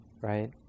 right